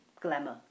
glamour